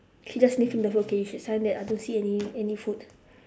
he's just sniffing the food okay you should sign that I don't see any any food